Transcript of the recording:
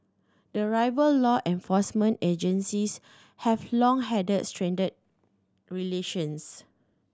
the rival law enforcement agencies have long had strained relations